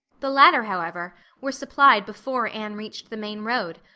the latter, however, were supplied before anne reached the main road,